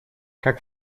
как